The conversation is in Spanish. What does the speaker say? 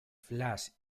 flash